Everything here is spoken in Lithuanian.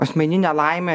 asmeninė laimė